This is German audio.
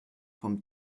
vom